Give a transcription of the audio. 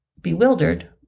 Bewildered